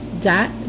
dot